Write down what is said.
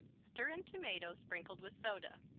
stir in tomato sprinkled with soda.